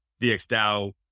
DXDAO